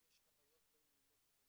אחד כלפי השני וגם כמובן כלפי אנשי הציבור,